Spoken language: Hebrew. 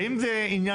האם זה עניינכם?